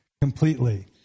completely